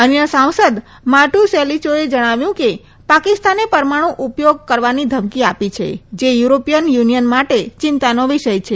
અન્ય સાંસદ માર્ટુસેલીચોએ જણાવ્યું કે પાકિસ્તાને પરમાણુ ઉપયોગ કરવાની ધમકી આપી છે જે યુરોપીયન યુનિયન માટે ચિંતાનો વિષય છે